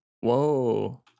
Whoa